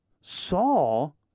Saul